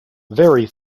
very